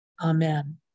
Amen